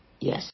Yes